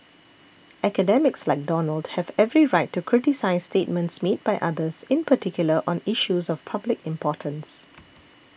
academics like Donald have every right to criticise statements made by others in particular on issues of public importance